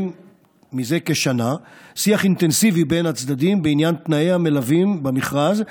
זה כשנה שיח אינטנסיבי בין הצדדים בעניין תנאי המלווים במכרז,